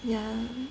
yeah